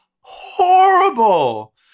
horrible